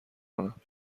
کنن